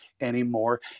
anymore